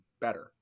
better